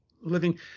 living